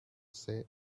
say